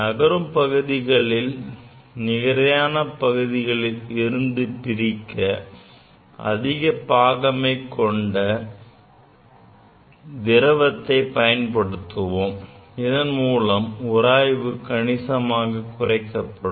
நகரும் பகுதிகளை நிலையான பகுதிகளில் இருந்து பிரிக்க அதிக பாகமை கொண்ட திரவத்தை பயன்படுத்துவோம் இதன் மூலம் உராய்வு கணிசமாக குறைக்கப்படும்